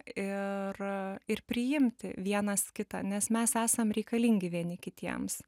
ir ir priimti vienas kitą nes mes esam reikalingi vieni kitiems